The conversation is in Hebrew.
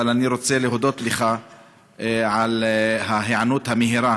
אבל אני רוצה להודות לך על ההיענות המהירה